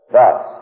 Thus